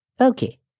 Okay